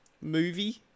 movie